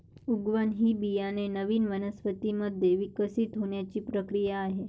उगवण ही बियाणे नवीन वनस्पतीं मध्ये विकसित होण्याची प्रक्रिया आहे